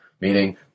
meaning